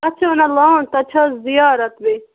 تَتھ چھِ وَنان لانٛگ تَتہِ چھو زیارَت بیٚیہِ